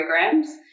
programs